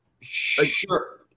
Sure